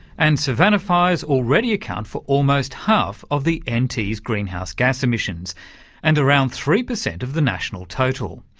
and savanna fires already account for almost half of the and nt's yeah greenhouse gas emissions and around three per cent of the national total.